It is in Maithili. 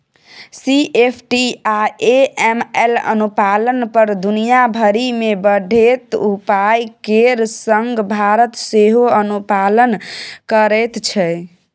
सी.एफ.टी आ ए.एम.एल अनुपालन पर दुनिया भरि मे बढ़ैत उपाय केर संग भारत सेहो अनुपालन करैत छै